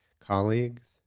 colleagues